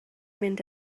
mynd